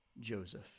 Joseph